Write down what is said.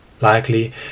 likely